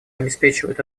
обеспечивает